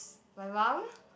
my mum